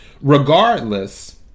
regardless